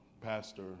pastor